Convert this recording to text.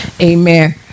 Amen